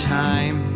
time